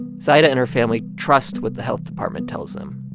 zaida and her family trust what the health department tells them.